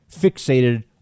fixated